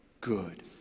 Good